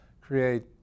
create